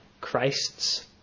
Christ's